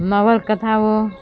નવલકથાઓ